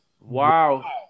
Wow